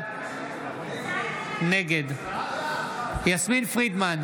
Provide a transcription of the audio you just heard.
נגד יסמין פרידמן,